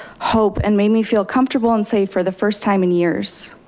hope, and made me feel comfortable and safe for the first time in years.